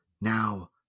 Now